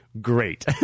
Great